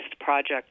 project